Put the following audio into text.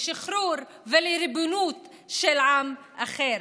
לשחרור מריבונות של עם אחר.